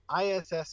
ISS